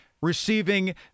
receiving